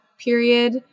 period